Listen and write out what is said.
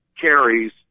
carries